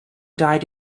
died